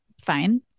fine